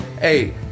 Hey